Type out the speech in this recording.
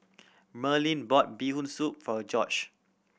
Merlyn bought Bee Hoon Soup for George